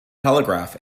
telegraph